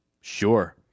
Sure